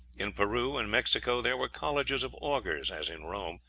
in peru and mexico there were colleges of augurs, as in rome,